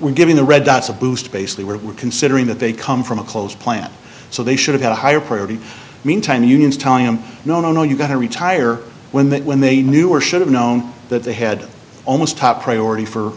we're giving the red dots a boost basically we're considering that they come from a close plant so they should have a higher priority meantime unions telling them no no no you got to retire when that when they knew or should have known that they had almost top priority for